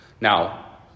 Now